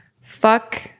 fuck